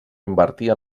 invertir